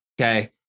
Okay